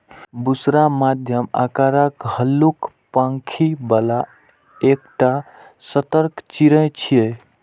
बुशरा मध्यम आकारक, हल्लुक पांखि बला एकटा सतर्क चिड़ै छियै